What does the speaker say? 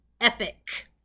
epic